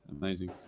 Amazing